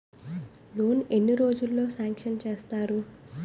Loan ఎన్ని రోజుల్లో sanction చేస్తారు?